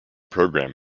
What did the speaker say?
program